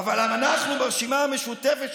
אבל אנחנו ברשימה המשותפת,